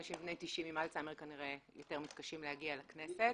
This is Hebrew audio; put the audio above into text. אנשים בני 90 עם אלצהיימר כנראה יותר מתקשים להגיע לכנסת.